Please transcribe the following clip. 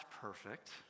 perfect